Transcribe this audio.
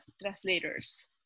translators